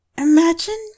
Imagine